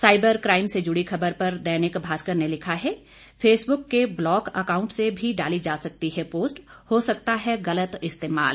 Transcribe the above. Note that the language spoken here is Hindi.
साइबर काइम से जुड़ी खबर पर दैनिक भास्कर ने लिखा है फेसबुक के ब्लॉक अकाउंट से भी डाली जा सकती है पोस्ट हो सकता है गलत इस्तेमाल